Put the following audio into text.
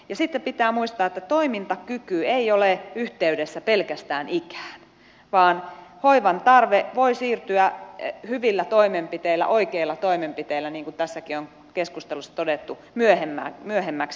ja sitten pitää muistaa että toimintakyky ei ole yhteydessä pelkästään ikään vaan hoivan tarve voi siirtyä hyvillä toimenpiteillä oikeilla toimenpiteillä niin kuin tässäkin keskustelussa on todettu myöhemmäksi